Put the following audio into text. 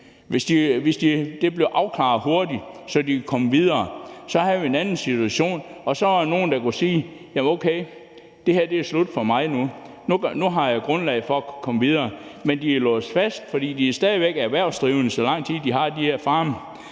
hvis det blev afklaret hurtigt, så de kunne komme videre, så havde vi en anden situation. Og så er der nogle, der kunne sige: Okay, det her er slut for mig nu. Nu har jeg grundlag for at kunne komme videre. Men de er låst fast, fordi de stadig væk er erhvervsdrivende, så lang tid de har de her farme,